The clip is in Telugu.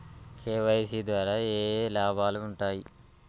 కే.వై.సీ ద్వారా ఏఏ లాభాలు ఉంటాయి?